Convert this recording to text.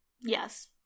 Yes